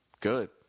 good